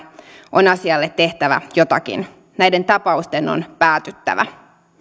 on asialle tehtävä jotakin näiden tapausten on päätyttävä